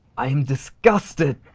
i'm disgusted.